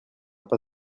pas